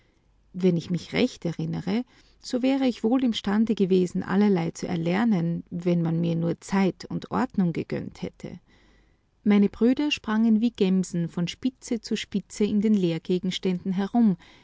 wenn ich mich recht erinnere so wäre ich wohl imstande gewesen allerlei zu erlernen wenn man mir nur zeit und ordnung gegönnt hätte meine brüder sprangen wie gemsen von spitze zu spitze in den lehrgegenständen herum